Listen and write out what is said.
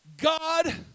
God